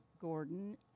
Gordon